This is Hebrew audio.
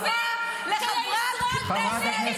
את דוגמה למלשינה הקבועה לוועדת האתיקה: מתלוננת